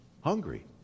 hungry